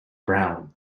brown